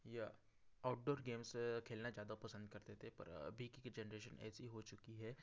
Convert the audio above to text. या outdoor games खेलना ज़्यादा पसंद करते थे पर अभी की जेनरेशन ऐसी हो चुकी है